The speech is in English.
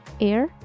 air